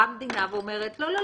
באה המדינה ואומרת: לא,